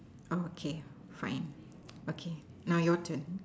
okay fine okay now your turn